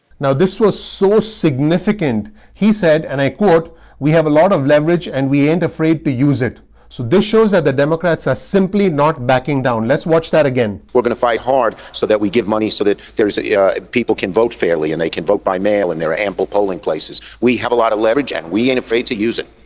now this was so significant he said and i quote we have a lot of leverage and we ain't afraid to use it so this shows that the democrats are simply not backing down let's watch that again we're going to fight hard so that we give money so that there's ah people can vote fairly and they can vote by mail and their ample polling places we have a lot of leverage and we ain't afraid to use it